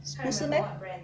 不是 meh